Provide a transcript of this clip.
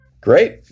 Great